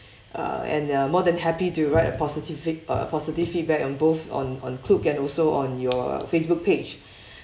uh and ya more than happy to write a positive feed~ uh positive feedback on both on on Klook and also on your Facebook page